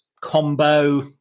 combo